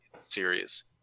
series